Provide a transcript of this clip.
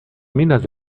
minas